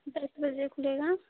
दस बजे खुलेगा